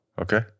Okay